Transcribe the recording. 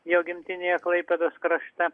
jo gimtinėje klaipėdos krašte